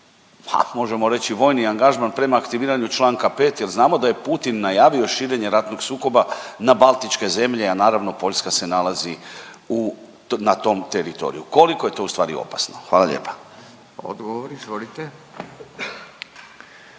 možemo reći vojni angažman prema aktiviranju čl. 5 jer znamo da je Putin najavio širenje ratnog sukoba na baltičke zemlje, a naravno, Poljska se nalazi u, na tom teritoriju. Koliko je to ustvari opasno? Hvala lijepa. **Radin, Furio